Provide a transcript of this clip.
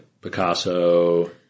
Picasso